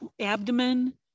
abdomen